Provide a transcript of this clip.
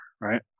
right